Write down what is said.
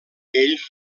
ell